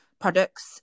products